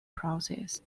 process